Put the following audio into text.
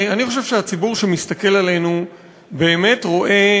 אני חושב שהציבור שמסתכל עלינו באמת רואה